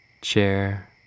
chair